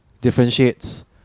differentiates